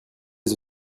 les